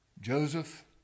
Joseph